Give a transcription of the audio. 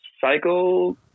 cycle